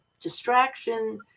distraction